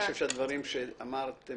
אני חושב שהדברים שאמרת,